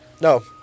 No